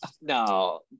no